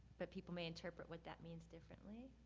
but people may interpret what that means differently.